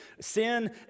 Sin